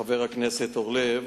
חבר הכנסת אורלב,